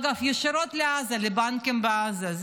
אגב, ישירות לעזה, לבנקים בעזה.